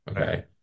Okay